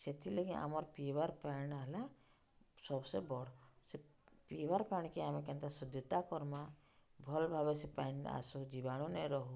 ସେଥିର୍ଲାଗି ଆମର୍ ପିଇବାର ପାଣି ହେଲା ସବ୍ସେ ବଡ଼୍ ସେ ପିଇବାର୍ ପାଣିକେ ଆମେ କେନ୍ତା ଶୁଦ୍ଧତା କର୍ମା ଭଲ୍ ଭାବେ ସେ ପାଣି ଆସୁ ଜୀବାଣୁ ନେ ରହୁ